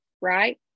right